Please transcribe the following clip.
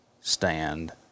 stand